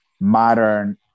modern